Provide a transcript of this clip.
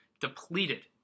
depleted